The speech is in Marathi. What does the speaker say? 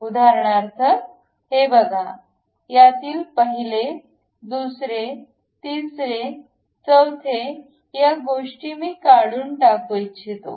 उदाहरणार्थ हे बघा यातील पहिले दुसरे तिसरे चौथे या गोष्टी मी काढून टाकू इच्छितो